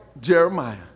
Jeremiah